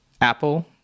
Apple